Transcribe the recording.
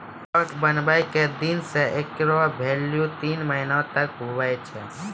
draft बनै के दिन से हेकरो भेल्यू तीन महीना तक हुवै छै